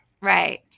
Right